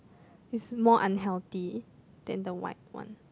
it's more unhealthy than the white one